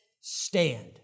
stand